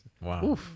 Wow